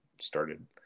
started